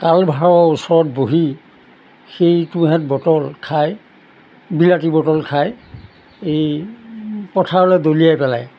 কালভাৰৰ ওচৰত বহি সেইটোহেঁত বটল খাই বিলাতী বটল খাই এই পথাৰলৈ দলিয়াই পেলায়